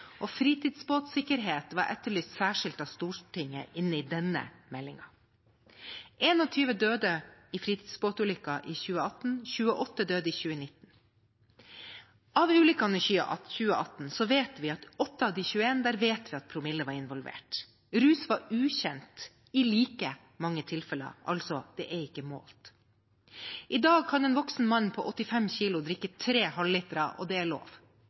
fritidsbåt. Fritidsbåtsikkerhet var etterlyst særskilt av Stortinget i denne meldingen. 21 døde i fritidsbåtulykker i 2018, 28 døde i 2019. Når det gjelder ulykkene i 2018, vet vi at i 8 av 21 var promille involvert. Rus var ukjent i like mange tilfeller. Altså: Det er ikke målt. I dag kan en voksen mann på 85 kilo drikke tre halvlitere, og det er lov.